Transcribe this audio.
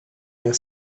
yang